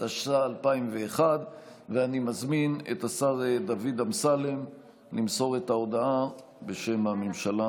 התשס"א 2001. אני מזמין את השר דוד אמסלם למסור את ההודעה בשם הממשלה,